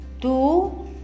Two